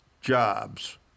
jobs